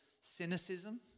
cynicism